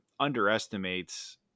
underestimates